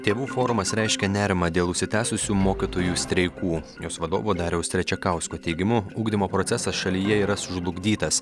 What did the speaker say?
tėvų forumas reiškia nerimą dėl užsitęsusių mokytojų streikų jos vadovo dariaus trečiakausko teigimu ugdymo procesas šalyje yra sužlugdytas